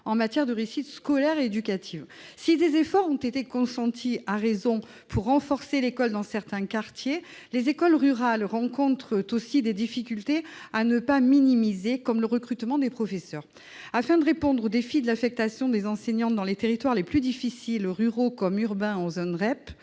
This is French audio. en matière de réussite scolaire et éducative. » Si des efforts ont été consentis, à raison, pour renforcer l'école dans certains quartiers, les écoles rurales rencontrent aussi des difficultés qui ne doivent pas être minimisées, notamment en matière de recrutement des professeurs. Afin de répondre aux défis de l'affectation des enseignants dans les territoires les plus difficiles, ruraux comme urbains, en zone REP,